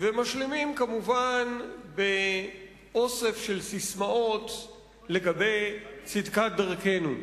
ומשלימים כמובן באוסף של ססמאות על צדקת דרכנו.